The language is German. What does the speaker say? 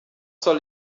soll